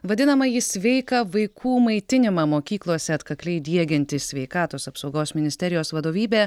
vadinamąjį sveiką vaikų maitinimą mokyklose atkakliai diegianti sveikatos apsaugos ministerijos vadovybė